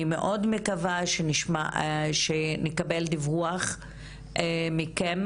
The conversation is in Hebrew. אני מאוד מקווה שנקבל דיווח מכם,